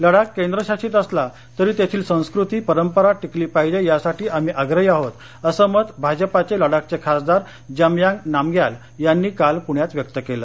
लडाख केंद्रशासित असला तरी तेथील संस्कृतीपरंपरा टिकली पाहिजे यासाठी आम्ही आग्रही आहोत असं मत भाजपाचे लडाखचे खासदार जमयांग नामग्याल यांनी काल पुण्यात व्यक्त केलं